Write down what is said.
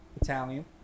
Italian